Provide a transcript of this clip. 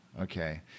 Okay